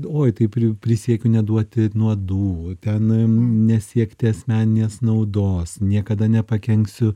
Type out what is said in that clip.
oi tai pr prisiekiu neduoti nuodų ten nesiekti asmeninės naudos niekada nepakenksiu